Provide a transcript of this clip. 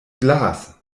glas